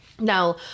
Now